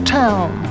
town